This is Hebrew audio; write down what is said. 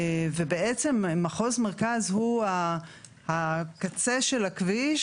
בעצם מחוז מרכז הוא הקצה של הכביש,